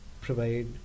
provide